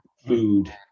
food